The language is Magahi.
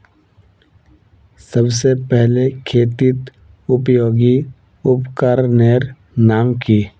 सबसे पहले खेतीत उपयोगी उपकरनेर नाम की?